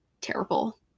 terrible